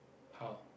how